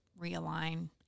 realign